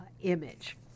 image